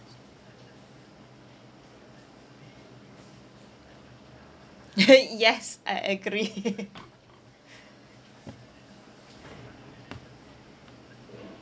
yes I agree